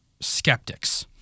skeptics